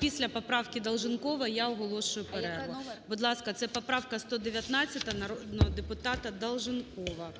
після поправки Долженкова я оголошую перерву. Будь ласка, це поправка 119 народного депутата Долженкова,